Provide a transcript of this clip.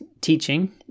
teaching